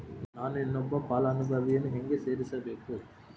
ನಾನು ಇನ್ನೊಬ್ಬ ಫಲಾನುಭವಿಯನ್ನು ಹೆಂಗ ಸೇರಿಸಬೇಕು?